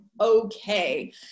okay